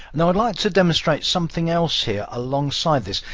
now i'd like to demonstrate something else here alongside this.